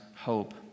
hope